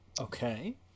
Okay